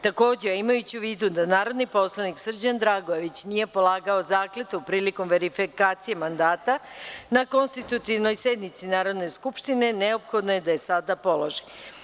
Takođe, a imajući u vidu da narodni poslanik Srđan Dragojević nije polagao zakletvu prilikom verifikacije mandata na konstitutivnoj sednici Narodne skupštine, neophodno je da je sada položi.